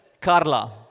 Carla